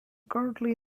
currently